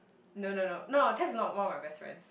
no no no no Tess is not one of my best friends